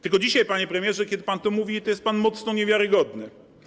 Tylko dzisiaj, panie premierze, kiedy pan to mówi, jest pan mocno niewiarygodny.